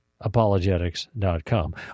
apologetics.com